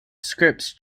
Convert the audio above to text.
scripts